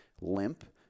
limp